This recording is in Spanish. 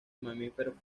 mamíferos